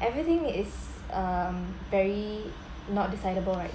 everything is um very not decidable right